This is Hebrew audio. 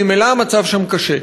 וממילא המצב שם קשה.